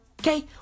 okay